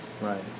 Right